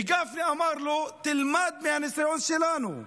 וגפני אמר לו: תלמד מהניסיון שלנו,